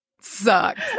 sucked